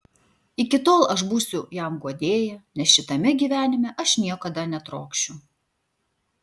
iki tol aš būsiu jam guodėja nes šitame gyvenime aš niekada netrokšiu